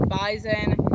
bison